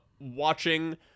watching